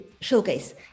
showcase